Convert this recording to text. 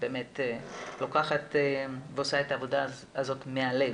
באמת לוקחת ועושה את העבודה הזאת מהלב.